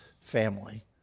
family